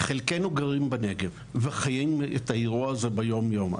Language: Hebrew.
חלקנו גרים בנגב וחיים את האירוע הזה ביום-יום.